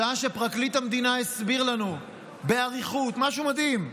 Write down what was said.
שעה שפרקליט המדינה הסביר לנו באריכות משהו מדהים,